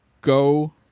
go